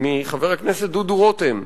מחבר הכנסת דודו רותם,